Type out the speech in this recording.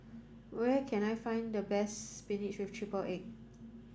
where can I find the best spinach with triple egg